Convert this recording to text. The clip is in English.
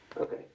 okay